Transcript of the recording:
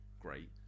great